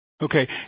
Okay